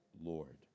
Lord